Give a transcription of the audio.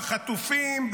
בחטופים,